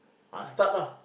ah start lah